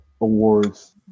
awards